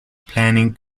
planning